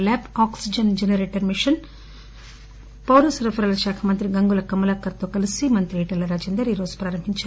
ల్యాట్ oxygen generator machine పౌర సరఫరాల శాఖ మంత్రి గంగుల కమలాకర్ తో కలిసి మంత్రి ఈటల రాజేందర్ ప్రారంభించారు